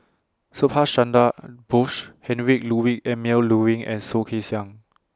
Subhas Chandra Bose Heinrich Ludwig Emil Luering and Soh Kay Siang